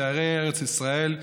שערי ארץ ישראל.